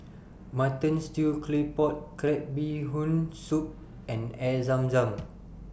Mutton Stew Claypot Crab Bee Hoon Soup and Air Zam Zam